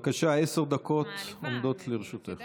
בבקשה, עשר דקות עומדות לרשותך.